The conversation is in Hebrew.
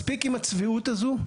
מספיק עם הצביעות הזו,